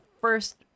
first